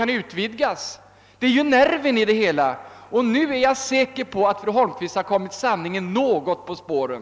Det är detta som är nerven i det hela. Jag är säker på att fru Holmqvist nu kommit sanningen något på spåren.